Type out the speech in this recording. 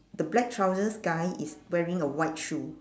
the black trousers guy is wearing a white shoe